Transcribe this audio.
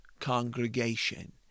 congregation